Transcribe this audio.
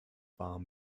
farm